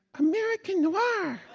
american noir